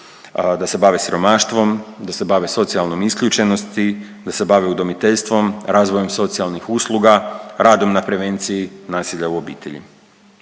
da se bave siromaštvom, da se bave socijalnom isključenosti, da se bave udomiteljstvom, razvojem socijalnih usluga, radom na prevenciji nasilja u obitelji.